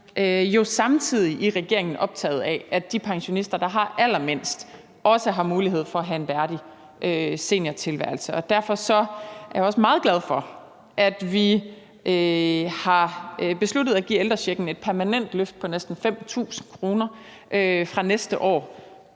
samtidig optaget af, at de pensionister, der har allermindst, også har mulighed for at have en værdig seniortilværelse. Derfor er jeg også meget glad for, at vi har besluttet at give ældrechecken et permanent løft på næsten 5.000 kr. fra næste år.